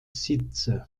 sitze